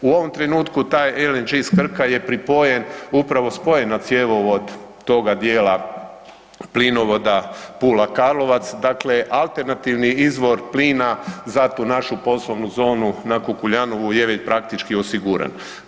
U ovom trenutku taj LNG iz Krka je pripojen, upravo spojen na cjevovod toga djela plinovoda Pula-Karlovac, dakle alternativni izvor plina za tu našu poslovnu zonu na Kukuljanovu je već praktički osiguran.